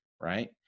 right